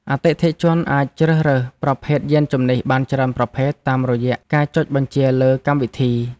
អតិថិជនអាចជ្រើសរើសប្រភេទយានជំនិះបានច្រើនប្រភេទ តាមរយៈការចុចបញ្ជាលើកម្មវិធី។